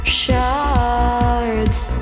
shards